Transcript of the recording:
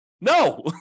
No